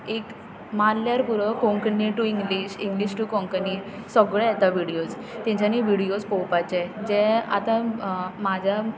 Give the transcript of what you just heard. एक मारल्यार पुरो Konkani to English English to Konkani सगळे येता विडयोज तेंच्यानी विडयोज पळोवपाचे जे आतां म्हाज्या